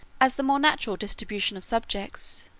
as the more natural distribution of subjects.